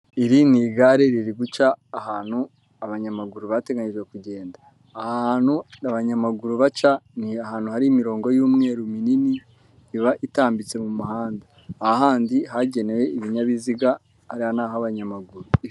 Iri ni igare riri guca ahantu abanyamaguru bateganyirijwe kugenda, aha hantu abanyamaguru baca ni ahantu hari imirongo y'umweru minini iba itambitse mu muhanda, aha handi hagenewe ibinyabiziga hariya ni ah'abanyamaguru.